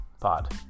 Pod